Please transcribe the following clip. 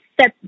set